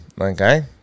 okay